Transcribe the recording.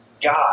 God